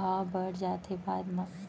भाव बड़ जाथे बाद म